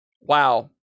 Wow